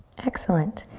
excellent.